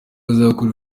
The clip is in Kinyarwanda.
azakora